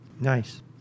Nice